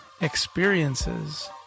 experiences